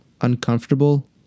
uncomfortable